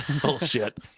Bullshit